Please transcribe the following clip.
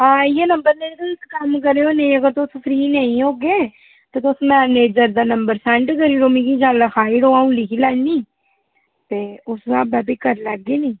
हां इ'यै नंबर ऐ इक कम्म करेओ निं अगर तुस फ्री निं होगे ते तुस मैनेजर दा नंबर सैंड करी ओड़ो मिगी जां लिखाई ओड़ो अ'ऊं लिखी लैन्नी ते उस स्हाबा भी करी लैगे निं